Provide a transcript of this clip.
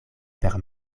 per